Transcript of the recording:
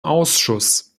ausschuss